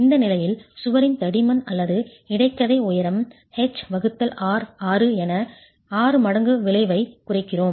இந்த நிலையில் சுவரின் தடிமன் அல்லது இடைக்கதை உயரம் H 6 என 6 மடங்கு விளைவைக் குறைக்கிறோம்